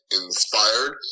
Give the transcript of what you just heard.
inspired